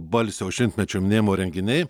balsio šimtmečio minėjimo renginiai